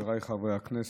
חבריי חברי הכנסת,